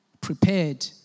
Prepared